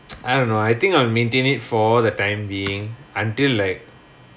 I don't know I think I'll maintain it for the time being until like